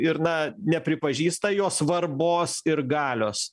ir na nepripažįsta jo svarbos ir galios